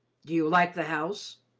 do you like the house?